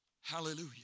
hallelujah